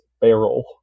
barrel